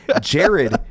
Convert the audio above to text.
Jared